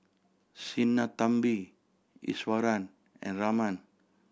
Sinnathamby Iswaran and Raman